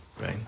right